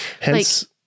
Hence